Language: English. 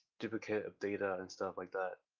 duplicate of data and stuff like that.